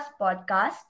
podcast